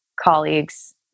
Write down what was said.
colleagues